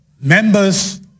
members